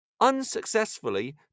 unsuccessfully